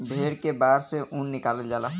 भेड़ के बार से ऊन निकालल जाला